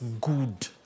good